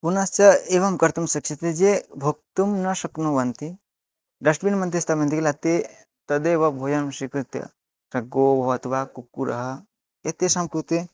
पुनश्च एवं कर्तुं शक्यते ये भोक्तुं न शक्नुवन्ति डश्ट्बिन्मध्ये स्थापयन्ति किल ते तदेव भोजनं स्वीकृत्य गोः भवतु वा कुक्कुरः एतेषां कृते